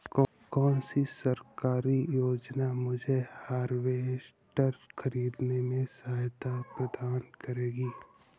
कौन सी सरकारी योजना मुझे हार्वेस्टर ख़रीदने में सहायता प्रदान करेगी?